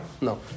No